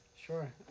sure